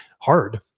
hard